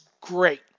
great